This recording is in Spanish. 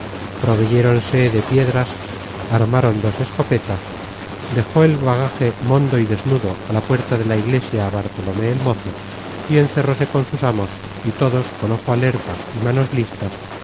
relicario proveyéronse de piedras armaron dos escopetas dejó el bagaje mondo y desnudo á la puerta de la iglesia bartolomé el mozo y encerróse con sus amos y todos con ojo alerta y manos listas